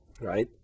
right